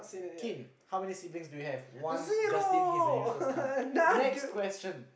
kin how many siblings do you have one Justin he's a useless cunt next question